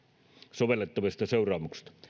sovellettavista seuraamuksista